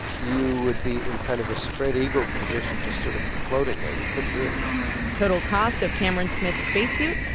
you would be in kind of spread eagle position just sort of floating there, you couldn't do anything total cost of cameron smith's space suit,